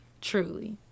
truly